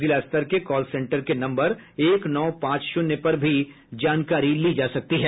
जिला स्तर के कॉल सेंटर के नम्बर एक नौ पांच शून्य पर भी जानकारी ली जा सकती है